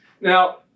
Now